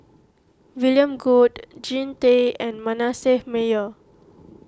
William Goode Jean Tay and Manasseh Meyer